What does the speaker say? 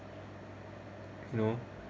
no